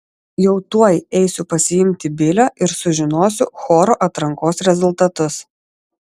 jau tuoj eisiu pasiimti bilio ir sužinosiu choro atrankos rezultatus